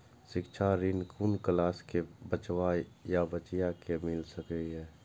शिक्षा ऋण कुन क्लास कै बचवा या बचिया कै मिल सके यै?